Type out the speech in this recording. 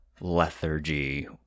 lethargy